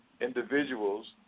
Individuals